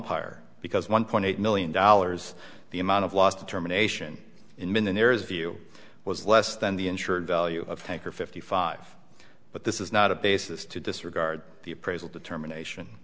umpire because one point eight million dollars the amount of lost determination in millionaires view was less than the insured value of tanker fifty five but this is not a basis to disregard the appraisal determination